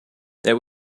there